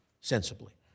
sensibly